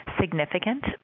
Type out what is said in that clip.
significant